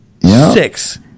Six